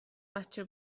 بچه